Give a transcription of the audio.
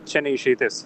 čia ne išeitis